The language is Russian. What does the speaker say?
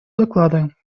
доклада